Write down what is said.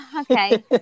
Okay